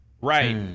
Right